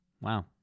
Wow